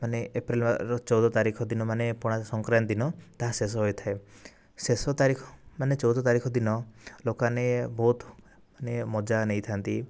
ମାନେ ଏପ୍ରିଲର ଚଉଦ ତାରିଖ ଦିନ ମାନେ ପଣା ସଂକ୍ରାନ୍ତି ଦିନ ତାହା ଶେଷ ହୋଇଥାଏ ଶେଷ ତାରିଖ ମାନେ ଚଉଦ ତାରିଖ ଦିନ ଲୋକମାନେ ବହୁତ ମାନେ ମଜା ନେଇଥାନ୍ତି